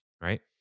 right